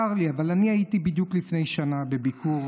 צר לי, אבל אני הייתי בדיוק לפני שנה בביקור